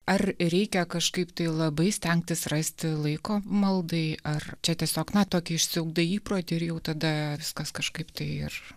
ar reikia kažkaip tai labai stengtis rasti laiko maldai ar čia tiesiog na tokį išsiugdai įprotį ir jau tada viskas kažkaip tai ir